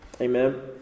Amen